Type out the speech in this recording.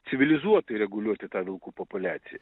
civilizuotai reguliuoti tą vilkų populiaciją